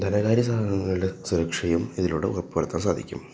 ധനകാര്യ സ്ഥാപനങ്ങളുടെ സുരക്ഷയും ഇതിലൂടെ ഉറപ്പ് വരുത്താൻ സാധിക്കും